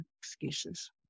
excuses